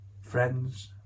friends